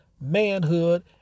manhood